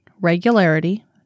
regularity